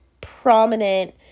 prominent